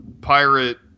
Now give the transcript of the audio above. pirate